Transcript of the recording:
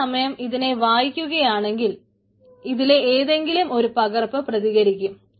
അതേ സമയം ഇതിനെ വാങ്ങിക്കുയാണെങ്കിൽ ഇതിലെ ഏതെങ്കിലും ഒരു പകർപ്പ് പ്രതികരിക്കും